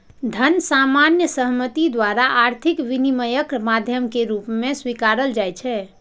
धन सामान्य सहमति द्वारा आर्थिक विनिमयक माध्यम के रूप मे स्वीकारल जाइ छै